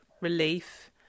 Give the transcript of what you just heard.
relief